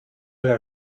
herr